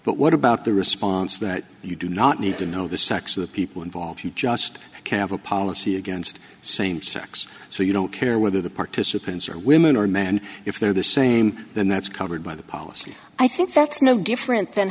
but what about the response that you do not need to know the sex of the people involved you just can't a policy against same sex so you don't care whether the participants are women or men if they're the same then that's covered by the policy i think that's no different than